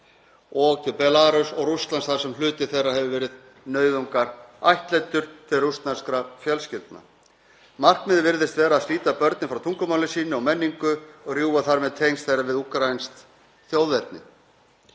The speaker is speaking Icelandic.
og til Belarúss og Rússlands þar sem hluti þeirra hefur verið nauðungarættleiddur til rússneskra fjölskyldna. Markmiðið virðist vera að slíta börnin frá tungumáli sínu og menningu og rjúfa þar með tengsl þeirra við úkraínskt þjóðerni.